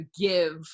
give